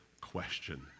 question